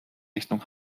richtung